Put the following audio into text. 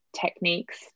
techniques